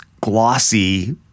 glossy